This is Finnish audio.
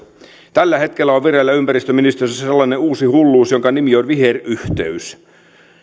tällä hetkellä on vireillä ympäristöministeriössä sellainen uusi hulluus jonka nimi on viheryhteys